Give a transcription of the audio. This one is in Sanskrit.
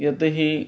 यतो हि